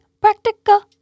practical